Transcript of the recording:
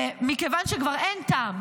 ומכיוון שכבר אין טעם,